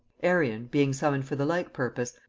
arion, being summoned for the like purpose,